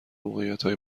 موقعیتهای